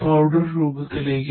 powder രൂപത്തിലേക്ക്